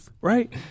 right